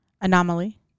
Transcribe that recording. Anomaly